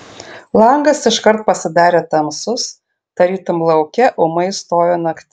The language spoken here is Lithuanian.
langas iškart pasidarė tamsus tarytum lauke ūmai stojo naktis